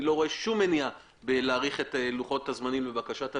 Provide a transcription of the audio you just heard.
אני לא רואה שום מניעה בלהאריך את לוחות הזמנים בבקשת הממשלה.